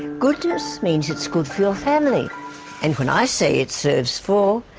goodness means it's good for your family and when i say it serves four,